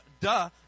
Duh